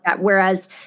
Whereas